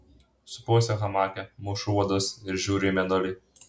supuosi hamake mušu uodus ir žiūriu į mėnulį